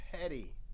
petty